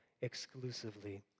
exclusively